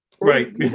Right